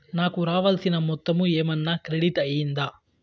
నాకు రావాల్సిన మొత్తము ఏమన్నా క్రెడిట్ అయ్యిందా